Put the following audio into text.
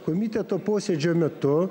komiteto posėdžio metu